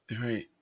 right